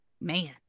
Man